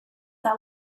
that